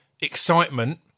excitement